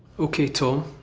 ok, tom,